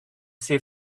see